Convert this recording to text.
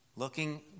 Looking